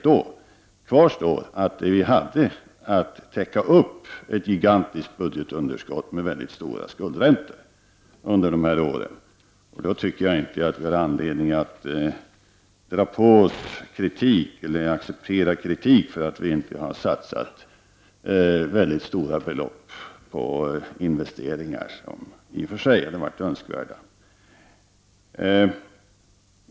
Det kvarstår att vi hade att täcka upp ett gigantiskt budgetunderskott med mycket stora skuldräntor under dessa år. Därför tycker jag inte att vi har anledning att acceptera kritik för att vi inte har satsat mycket stora belopp på investeringar, som i och för sig hade varit önskvärda.